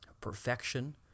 perfection